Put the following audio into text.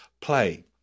play